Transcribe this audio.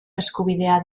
eskubidea